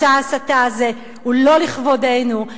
מסע ההסתה הזה הוא לא לכבודנו.